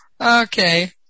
Okay